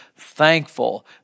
thankful